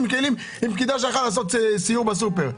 30 כלים מפקידה שהלכה לעשות סיור בסופר.